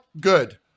good